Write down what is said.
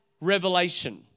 revelation